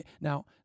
Now